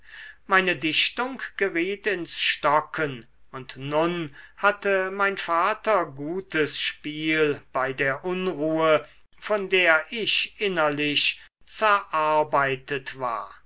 meine dichtung geriet ins stocken und nun hatte mein vater gutes spiel bei der unruhe von der ich innerlich zerarbeitet war